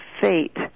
fate